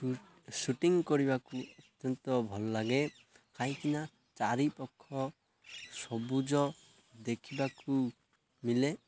shooting କରିବାକୁ ଅତ୍ୟନ୍ତ ଭଲଲାଗେ କାହିଁକିନା ଚାରିପାଖ ସବୁଜ ଦେଖିବାକୁ ମିଳେ